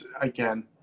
again